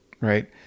right